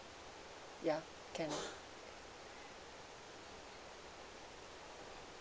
ya can ah